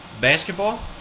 basketball